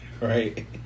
right